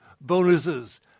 bonuses